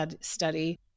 Study